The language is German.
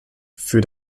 für